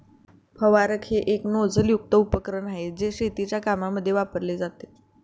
फवारक हे एक नोझल युक्त उपकरण आहे, जे शेतीच्या कामांमध्ये वापरले जाते